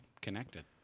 connected